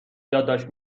یادداشت